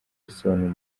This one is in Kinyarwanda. risobanura